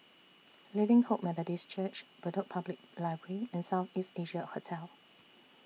Living Hope Methodist Church Bedok Public Library and South East Asia Hotel